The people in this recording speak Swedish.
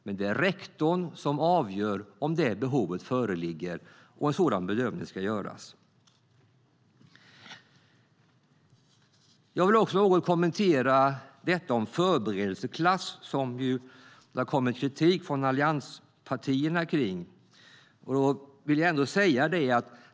Men det är rektorn som avgör om behovet föreligger och om en bedömning ska göras. Jag vill kommentera detta med förberedelseklass, som det har kommit kritik om från allianspartierna.